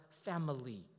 family